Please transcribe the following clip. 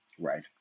right